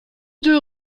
deux